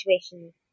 situations